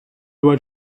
loi